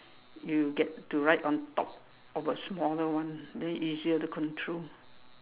you get to ride on top of a smaller one then easier to control